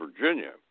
Virginia